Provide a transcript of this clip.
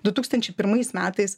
du tūkstančiai pirmais metais